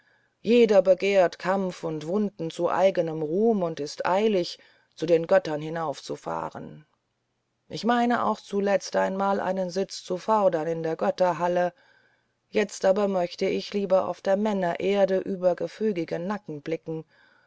jeder begehrt kampf und wunden zu eigenem ruhm und ist eilig zu den göttern hinaufzufahren ich meine auch zuletzt einmal einen sitz zu fordern in der götterhalle jetzt aber möchte ich lieber auf der männererde über gefügige nacken blicken